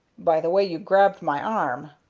by the way you grabbed my arm.